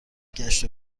گشت